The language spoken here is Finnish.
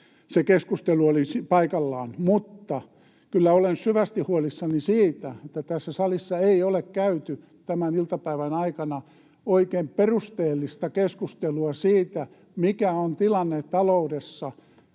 se keskustelu oli paikallaan. Mutta kyllä olen syvästi huolissani siitä, että tässä salissa ei ole käyty tämän iltapäivän aikana oikein perusteellista keskustelua siitä, mikä on tilanne taloudessa